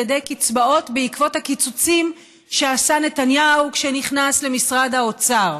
ידי קצבאות בעקבות הקיצוצים שעשה נתניהו כשנכנס למשרד האוצר.